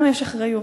לנו יש אחריות.